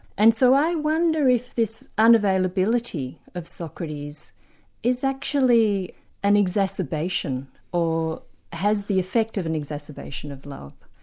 and so i wonder if this unavailability of socrates is actually an exacerbation or has the effect of an exacerbation of love.